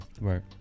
Right